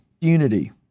unity